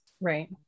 Right